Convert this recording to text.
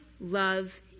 love